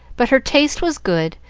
but her taste was good,